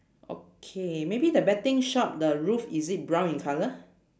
okay maybe the betting shop the roof is it brown in colour